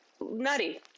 nutty